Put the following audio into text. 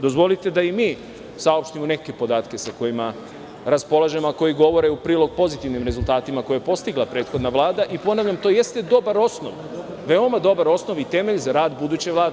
Dozvolite da i mi saopštimo neke podatke sa kojima raspolažemo, a koji govore u prilog pozitivnim rezultatima koje je postigla prethodna Vlada i ponavljam, to jeste veoma dobar osnov i temelj za rad buduće Vlade.